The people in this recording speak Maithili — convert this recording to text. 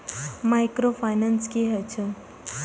माइक्रो फाइनेंस कि होई छै?